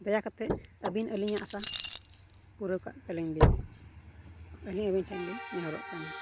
ᱫᱟᱭᱟ ᱠᱟᱛᱮᱫ ᱟᱹᱵᱤᱱ ᱟᱹᱞᱤᱧᱟᱜ ᱟᱥᱟ ᱯᱩᱨᱟᱹᱣ ᱠᱟᱜ ᱛᱟᱹᱞᱤᱧ ᱵᱤᱱ ᱟᱹᱞᱤᱧ ᱟᱹᱵᱤᱱ ᱴᱷᱮᱱᱞᱤᱧ ᱱᱮᱦᱚᱨᱚᱜ ᱠᱟᱱᱟ